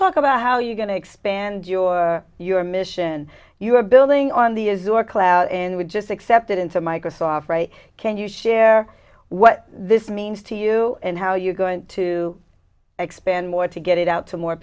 talk about how you're going to expand your your mission you have building on the is your clout and would just accept it into microsoft right can you share what this means to you and how you're going to expand more to get it out to more